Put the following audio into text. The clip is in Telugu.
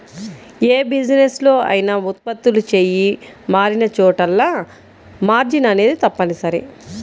యే బిజినెస్ లో అయినా ఉత్పత్తులు చెయ్యి మారినచోటల్లా మార్జిన్ అనేది తప్పనిసరి